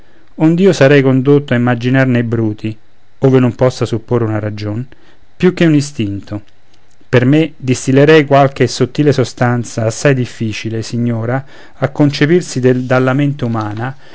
pensar ond'io sarei condotto a immaginar nei bruti ove non possa supporre una ragion più che un istinto per me distillerei qualche sottile sostanza assai difficile signora a concepirsi dalla mente umana